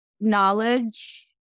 knowledge